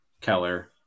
Keller